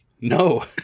No